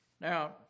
Now